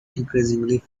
increasingly